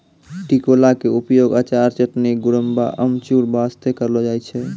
टिकोला के उपयोग अचार, चटनी, गुड़म्बा, अमचूर बास्तॅ करलो जाय छै